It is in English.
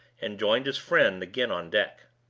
and joined his friend again on deck.